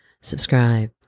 subscribe